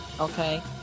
Okay